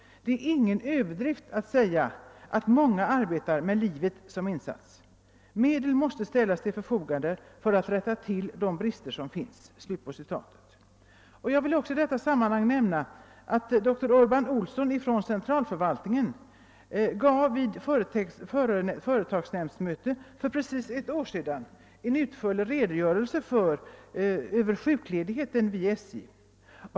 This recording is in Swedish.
Det är ingen överdrift att säga att många arbetare med livet som insats. ——— Medel måste ställas till förfogande för att rätta till de brister som finns.» Jag vill i detta sammanhang nämna att doktor Urban Olsson från centralförvaltningen vid ett företagsnämndsmöte för precis ett år sedan lämnade en utförlig redogörelse för sjukledigheten vid SJ.